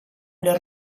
les